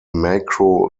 macro